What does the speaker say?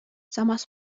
samas